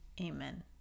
Amen